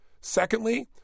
Secondly